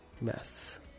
mess